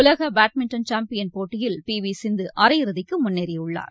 உலக badminton champion போட்டியில் P V Sindhu அரையிறுதிக்கு முன்னேறியுள்ளார்